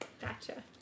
Gotcha